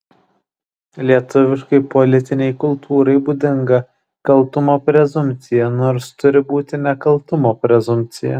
lietuviškai politinei kultūrai būdinga kaltumo prezumpcija nors turi būti nekaltumo prezumpcija